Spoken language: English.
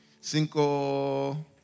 Cinco